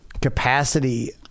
capacity